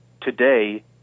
today